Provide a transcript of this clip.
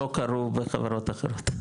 לא קורים בחברות אחרות,